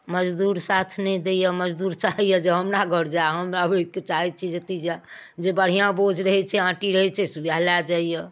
मजदूर साथ नहि दै यऽ मजदूर चाहै यऽ जे हमरा घर जाय हम राखऽके चाहै छी जे एतहि जाय जे बढ़िआँ बोझ रहै छै आँटी रहै छै से वएह लऽ जाइ यऽ